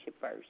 first